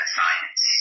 science